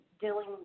dealing